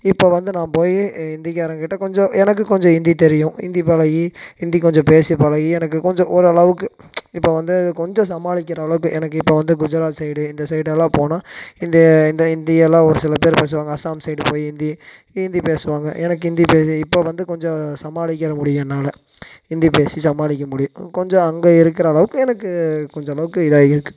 இப்போ வந்து நான் போய் ஹிந்திக்காரங்ககிட்ட கொஞ்சம் எனக்கு கொஞ்சம் ஹிந்தி தெரியும் ஹிந்தி பழகி ஹிந்தி கொஞ்சம் பேசி பழகி எனக்கு கொஞ்சம் ஓரளவுக்கு இப்போ வந்து கொஞ்சம் சமாளிக்கிற அளவுக்கு எனக்கு இப்போ வந்து குஜராத் சைடு இந்த சைடெல்லாம் போனால் இந்த இந்த ஹிந்தியெல்லாம் ஒரு சில பேர் பேசுவாங்க அஸாம் சைடு போய் ஹிந்தி ஹிந்தி பேசுவாங்க எனக்கு ஹிந்தி பேசி இப்போ வந்து கொஞ்சம் சமாளிக்க முடியும் என்னால் ஹிந்தி பேசி சமாளிக்க முடியும் கொஞ்சம் அங்கே இருக்கிற அளவுக்கு எனக்கு கொஞ்சளவுக்கு இதாக இருக்குது